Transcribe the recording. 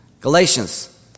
Galatians